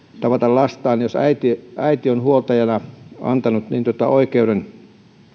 tavata lasta jos äiti äiti on huoltajana antanut oikeuden